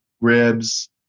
ribs